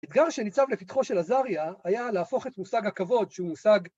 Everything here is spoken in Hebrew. האתגר שניצב לפתחו של עזריה היה להפוך את מושג הכבוד שהוא מושג...